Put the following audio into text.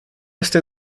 este